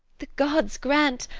the gods grant-o